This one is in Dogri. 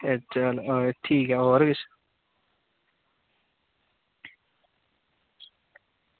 ते एह् ठीक ऐ चल होर